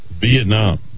Vietnam